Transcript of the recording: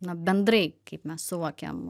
na bendrai kaip mes suvokiam